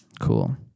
Cool